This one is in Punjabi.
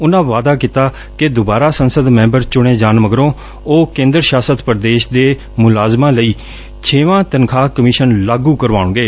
ਉਨੂਾਂ ਵਾਅਦਾ ਕੀਤਾ ਕਿ ਦੁਬਾਰਾ ਸੰਸਦ ਮੈਂਬਰ ਚੁਣੇ ਜਾਣ ਮਗਰੋਂ ਉਹ ਕੇਂਦਰ ਸ਼ਾਸਤ ਪ੍ਦੇਸ਼ ਦੇ ਮੁਲਾਜ਼ਮਾਂ ਲਈ ਛੇਵਾਂ ਤਨਖਾਹ ਕਮਿਸ਼ਨ ਲਾਗੁ ਕਰਵਾਉਣਗੇ